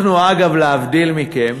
אנחנו, אגב, להבדיל מכם,